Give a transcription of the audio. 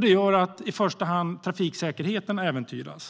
Det gör att i första hand trafiksäkerheten äventyras.